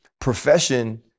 profession